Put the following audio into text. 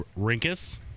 Rinkus